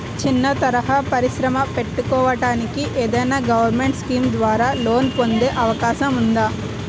చిన్న తరహా పరిశ్రమ పెట్టుకోటానికి ఏదైనా గవర్నమెంట్ స్కీం ద్వారా లోన్ పొందే అవకాశం ఉందా?